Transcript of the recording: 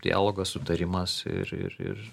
dialogas sutarimas ir ir ir